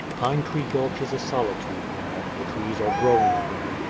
pine tree gulch is a solitude now, the trees are growing again,